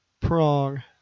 prong